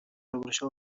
обращал